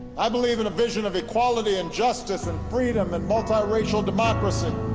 i believe in a vision of equality, and justice, and freedom, and multiracial democracy,